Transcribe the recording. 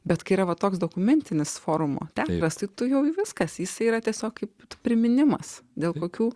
bet kai yra toks dokumentinis forumo ten ras tik tu jau viskas yra tiesiog kaip priminimas dėl kokių